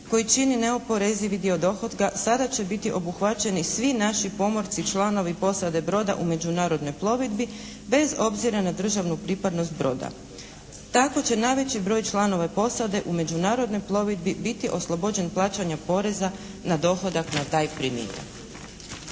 koji čini neoporezivi dio dohotka sada će biti obuhvaćeni svi naši pomorci, članovi posade broda u međunarodnoj plovidbi bez obzira na državnu pripadnost broda. Tako će najveći broj članova posade u međunarodnoj plovidbi biti oslobođen plaćanja poreza na dohodak na taj primitak.